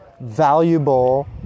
valuable